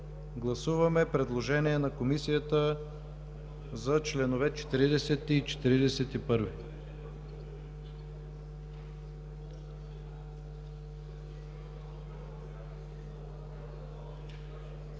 Гласуваме предложение на Комисията за членове 40 и 41.